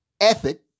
ethic